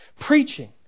preaching